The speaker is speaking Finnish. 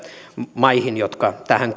maihin jotka tähän